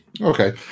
Okay